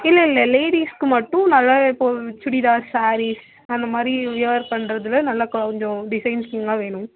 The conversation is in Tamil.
இல்லல்ல லேடிஸ்க்கு மட்டும் நல்ல இப்போது சுடிதார் சாரீஸ் அந்த மாதிரி வியர் பண்றதில் நல்லா கொஞ்சம் டிசைன்ஸுங்கள் வேணும்